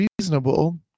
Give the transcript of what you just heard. reasonable